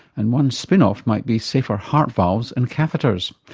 and one spin-off might be safer heart valves and catheters.